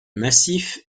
massif